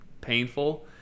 painful